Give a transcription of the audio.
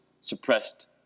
suppressed